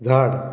झाड